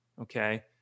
okay